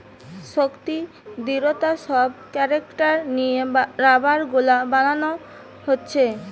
শক্তি, দৃঢ়তা সব ক্যারেক্টার লিয়ে রাবার গুলা বানানা হচ্ছে